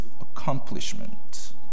accomplishment